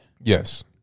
Yes